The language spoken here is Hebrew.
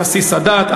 הנשיא סאדאת,